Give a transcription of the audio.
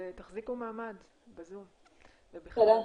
תחזיקו מעמד בזום ובכלל.